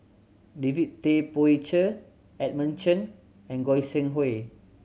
David Tay Poey Cher Edmund Cheng and Goi Seng Hui